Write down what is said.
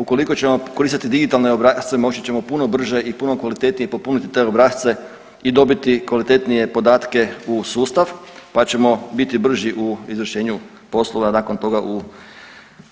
Ukoliko ćemo koristiti digitalne obrasce moći ćemo puno brže i puno kvalitetnije popuniti te obrasce i dobiti kvalitetnije podatke u sustav, pa ćemo biti brži u izvršenju poslova nakon toga u